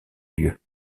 lieu